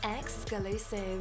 exclusive